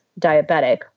diabetic